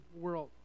world